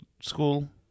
school